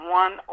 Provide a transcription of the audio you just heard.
one